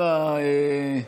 אנא,